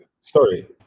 Sorry